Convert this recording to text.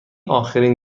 آخرین